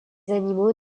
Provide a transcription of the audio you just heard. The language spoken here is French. animaux